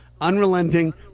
unrelenting